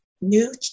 new